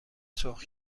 سرخ